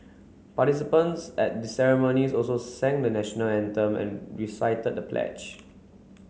participants at the ceremonies also sang the National Anthem and recited the pledge